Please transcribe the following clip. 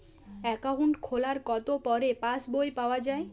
Account খোলার কতো পরে পাস বই পাওয়া য়ায়?